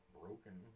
broken